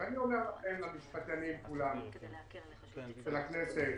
אני אומר לכם, לכל המשפטנים, של הכנסת,